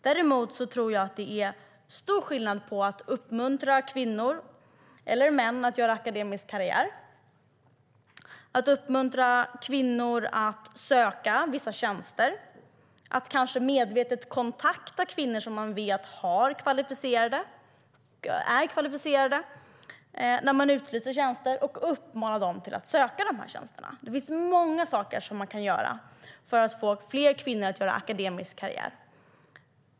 Däremot tror jag att det är stor skillnad när det gäller att uppmuntra kvinnor eller män att göra akademisk karriär eller söka vissa tjänster och att medvetet kontakta kvinnor som man vet är kvalificerade när man utlyser tjänster och uppmana dem att söka. Det finns många saker man kan göra för att få fler kvinnor att göra akademisk karriär.